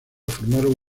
formaron